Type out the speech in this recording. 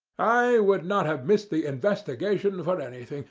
i would not have missed the investigation for anything.